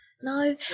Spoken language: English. No